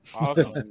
Awesome